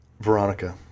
Veronica